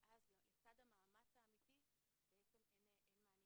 ואז לצד המאמץ האמיתי בעצם אין מענים